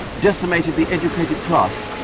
decimated the educated class,